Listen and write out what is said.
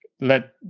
let